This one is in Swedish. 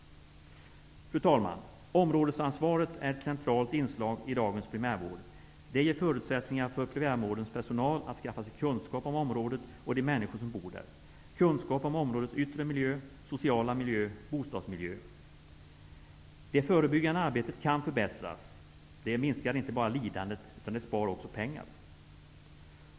Fru talman! Områdesansvaret är ett centralt inslag i dagens primärvård. Det ger förutsättningar för primärvårdens personal att skaffa sig kunskap om området och de människor som bor där, kunskap om områdets yttre miljö, sociala miljö och bostadsmiljö. Det förebyggande arbetet kan förbättras, och det inte bara minskar lidande, utan sparar också pengar.